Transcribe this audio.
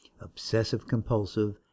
Obsessive-Compulsive